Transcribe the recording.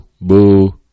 boo